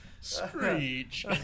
Screech